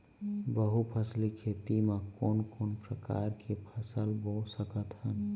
बहुफसली खेती मा कोन कोन प्रकार के फसल बो सकत हन?